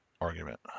Argument